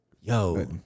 yo